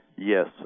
Yes